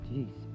Jeez